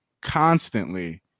constantly